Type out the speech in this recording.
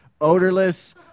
odorless